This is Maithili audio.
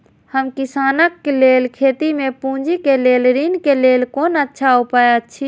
हम किसानके लेल खेती में पुंजी के लेल ऋण के लेल कोन अच्छा उपाय अछि?